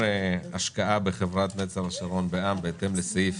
השקעה בחברת נצר השרון בע"מ בהתאם לסעיף